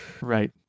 Right